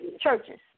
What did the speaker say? churches